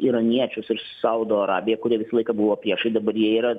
iraniečius ir saudo arabiją kurie visą laiką buvo priešai dabar jie yra